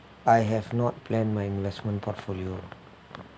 I have not plan my investment portfolio